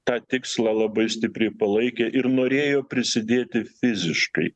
tą tikslą labai stipriai palaikė ir norėjo prisidėti fiziškai